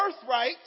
birthright